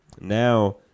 Now